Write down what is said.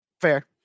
Fair